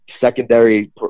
secondary